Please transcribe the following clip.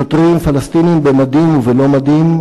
שוטרים פלסטינים במדים ובלא במדים,